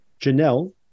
Janelle